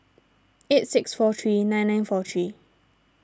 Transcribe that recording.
eight six four three nine nine four three